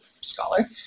scholar